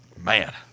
Man